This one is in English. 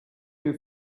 your